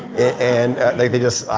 and they they just,